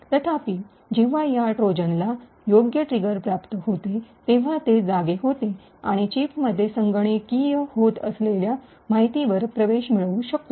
तथापि जेव्हा या ट्रोजनला योग्य ट्रिगर प्राप्त होते तेव्हा ते जागे होते आणि चिपमध्ये संगणकीय होत असलेल्या माहितीवर प्रवेश मिळू शकतो